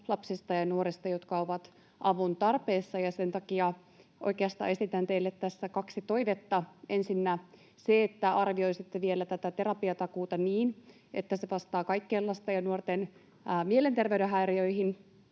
lapsista ja nuorista, jotka ovat avun tarpeessa, ja sen takia oikeastaan esitän teille tässä kaksi toivetta. Ensinnä, että arvioisitte vielä tätä terapiatakuuta niin, että se vastaa kaikkien lasten ja nuorten mielenterveyden häiriöihin